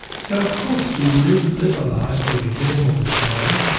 so of course we live live a life where we're getting all this knowledge,